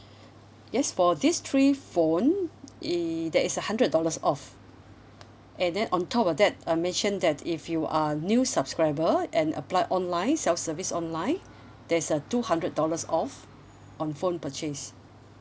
yes for this three phone i~ there is a hundred dollars off and then on top of that I mention that if you are new subscriber and apply online self service online there's a two hundred dollars off on phone purchase